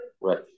right